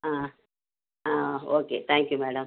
ஆ ஆ okay thank you madam